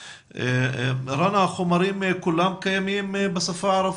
רנא, החומרים כולם קיימים בשפה הערבית?